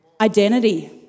Identity